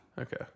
Okay